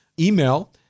email